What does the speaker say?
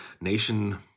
nation